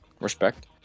Respect